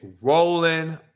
rolling